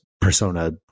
persona